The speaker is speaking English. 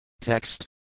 Text